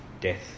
death